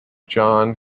john